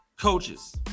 Coaches